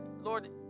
Lord